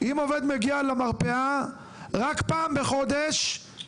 אם עובד מגיע למרפאה רק פעם בחודש כי